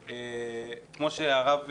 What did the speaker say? כן, כי מדברים על המינוי שלה.